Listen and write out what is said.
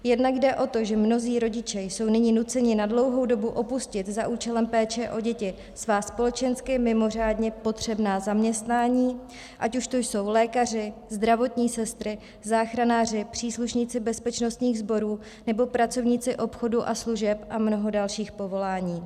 Jednak jde o to, že mnozí rodiče jsou nyní nuceni na dlouhou dobu opustit za účelem péče o děti svá společensky mimořádně potřebná zaměstnání, ať už to jsou lékaři, zdravotní sestry, záchranáři, příslušníci bezpečnostních sborů nebo pracovníci obchodu a služeb a mnoho dalších povolání.